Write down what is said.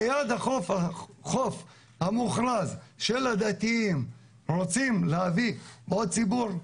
ליד החוף המוכרז של הדתיים רוצים להביא עוד ציבור?